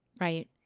Right